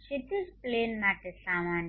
ક્ષિતિજ plane માટે સામાન્ય